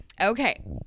Okay